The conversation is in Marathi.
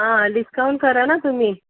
हां डिस्काउंट करा ना तुम्ही